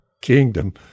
kingdom